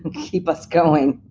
keep us going?